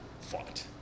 fought